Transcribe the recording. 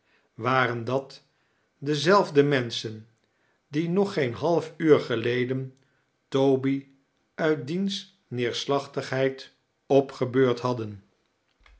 waren dat dezelfde menschen die nog geen half uur geleden toby uit diens neerslachtigheid opgebeurd hadden